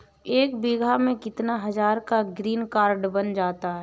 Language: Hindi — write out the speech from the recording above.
एक बीघा में कितनी हज़ार का ग्रीनकार्ड बन जाता है?